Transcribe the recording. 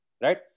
right